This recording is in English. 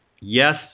yes